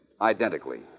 identically